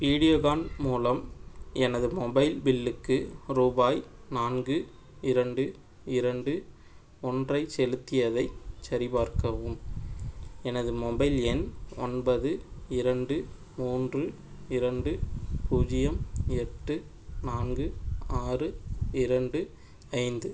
வீடியோகான் மூலம் எனது மொபைல் பில்லுக்கு ரூபாய் நான்கு இரண்டு இரண்டு ஒன்றை செலுத்தியதைச் சரிபார்க்கவும் எனது மொபைல் எண் ஒன்பது இரண்டு மூன்று இரண்டு பூஜ்ஜியம் எட்டு நான்கு ஆறு இரண்டு ஐந்து